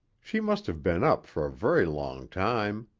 she must have been up for a very long time.